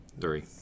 Three